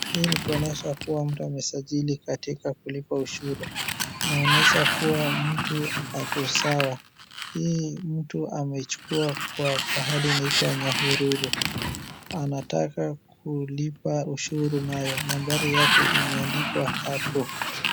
Hii ni kuonyesha kuwa mtu amesajili katika kulipa ushuru. Inaonesha kuwa mtu ako sawa. Hii mtu amechukua kwa pahali inaitwa Nyahururu. Anataka kulipa ushuru nayo. Nambari yake imeandikwa hapo.